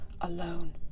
alone